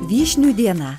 vyšnių diena